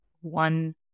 one